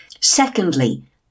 Secondly